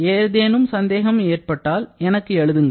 ஏதேனும் சந்தேகம் ஏற்பட்டால் எனக்கு எழுதுங்கள்